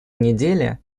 недели